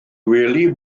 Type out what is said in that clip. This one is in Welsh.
gwely